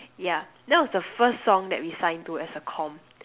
yeah that was the first song that we sung to as a comm